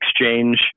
exchange